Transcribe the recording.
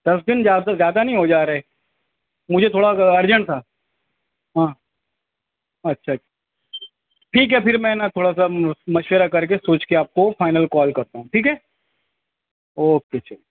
دس دن زیادہ زیادہ نہیں ہو جا رہے مجھے تھوڑا سا ارجینٹ تھا ہاں اچھا اچھا ٹھیک ہے پھر میں نا تھوڑا سا مشورہ کر کے سوچ کے آپ کو فائنل کال کرتا ہوں ٹھیک ہے اوکے چلیے